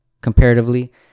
comparatively